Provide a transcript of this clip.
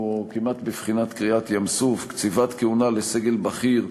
הוא כמעט בבחינת קריעת ים-סוף: קציבת כהונה לסגל בכיר,